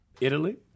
Italy